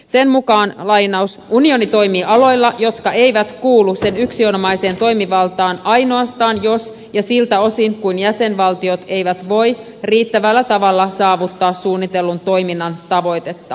sen mukaan unioni toimii aloilla jotka eivät kuulu sen yksinomaiseen toimivaltaan ainoastaan jos ja siltä osin kuin jäsenvaltiot eivät voi riittävällä tavalla saavuttaa suunnitellun toiminnan tavoitetta